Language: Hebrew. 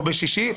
או ביום שישי,